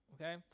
Okay